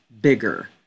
bigger